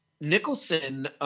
Nicholson